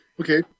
Okay